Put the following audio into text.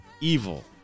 evil